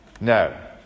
No